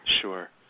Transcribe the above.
Sure